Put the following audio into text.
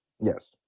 Yes